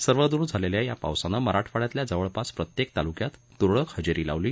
सर्वदूर झालेल्या या पावसानं मराठवाङ्यातल्या जवळपास प्रत्येक तालुक्यात तुरळक हजेरी लावली